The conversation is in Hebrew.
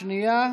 שנייה